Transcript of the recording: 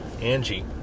Angie